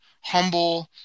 humble